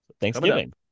thanksgiving